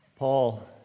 Paul